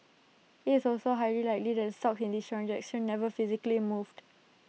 IT is also highly likely that the stocks in these transactions never physically moved